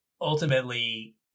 ultimately